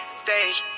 stage